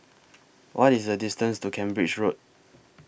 What IS The distance to Cambridge Road